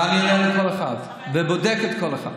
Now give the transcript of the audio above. ואני עונה לכל אחד ובודק כל אחד.